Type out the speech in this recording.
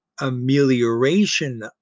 amelioration